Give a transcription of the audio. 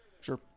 Sure